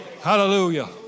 Hallelujah